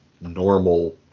normal